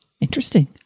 Interesting